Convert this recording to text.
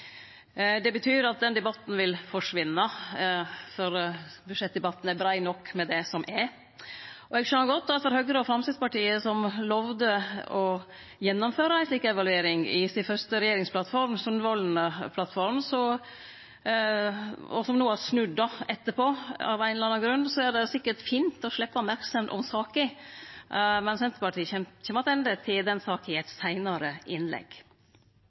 Det betyr at den debatten vil forsvinne, for budsjettdebatten er brei nok med det som er. Eg skjønar godt at for Høgre og Framstegspartiet, som lova å gjennomføre ei slik evaluering i si fyrste regjeringsplattform, Sundvolden-plattforma – og som etterpå har snudd, av ein eller annan grunn – er det sikkert fint å sleppe merksemd om saka. Men Senterpartiet kjem attende til den saka i eit seinare innlegg.